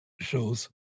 shows